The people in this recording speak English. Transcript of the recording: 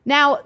Now